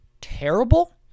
terrible